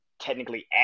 technically